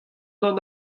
d’an